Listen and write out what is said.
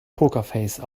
pokerface